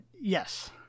Yes